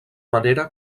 manera